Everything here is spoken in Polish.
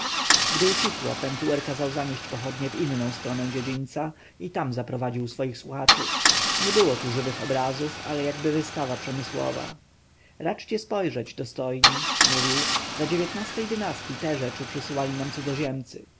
gdy ucichło pentuer kazał zanieść pochodnie w inną stronę dziedzińca i tam zaprowadził swoich słuchaczów nie było tu żywych obrazów ale jakby wystawa przemysłowa raczcie spojrzeć dostojni mówił za ej dynastyi te rzeczy przysyłali nam cudzoziemcy